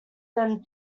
than